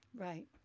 Right